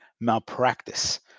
malpractice